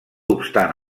obstant